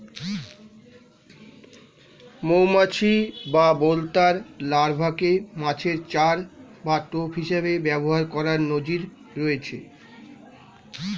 মৌমাছি বা বোলতার লার্ভাকে মাছের চার বা টোপ হিসেবে ব্যবহার করার নজির রয়েছে